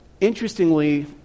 Interestingly